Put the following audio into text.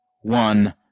one